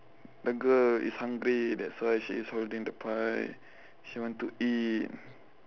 the girl is hungry that's why she is holding the pie she want to eat